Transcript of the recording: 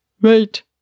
Wait